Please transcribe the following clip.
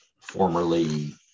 formerly